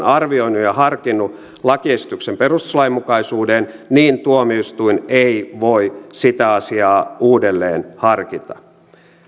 arvioinut ja harkinnut lakiesityksen perustuslainmukaisuuden tuomioistuin ei voi sitä asiaa uudelleen harkita